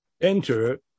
enter